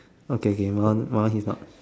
okay kay mine one mine one is not